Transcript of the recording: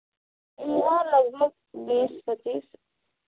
बीस पच्चीस